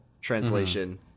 translation